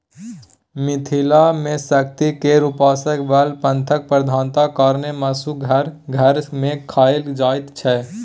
मिथिला मे शक्ति केर उपासक बला पंथक प्रधानता कारणेँ मासु घर घर मे खाएल जाइत छै